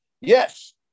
Yes